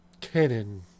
cannon